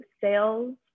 sales